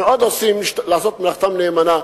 מנסים לעשות מלאכתם נאמנה,